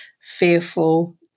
fearful